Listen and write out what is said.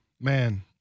man